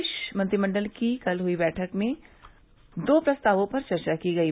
प्रदेश मंत्रिमंडल की कल हई बैठक में दो प्रस्तावों पर चर्चा की गयी